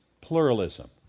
pluralism